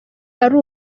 ari